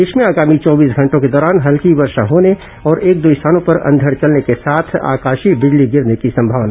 प्रदेश में आगामी चौबीस घंटों के दौरान हल्की वर्षा होने और एक दो स्थानों पर अंधड चलने के साथ आकाशीय बिजली गिरने की संभावना